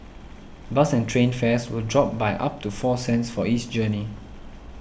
bus and train fares will drop by up to four cents for each journey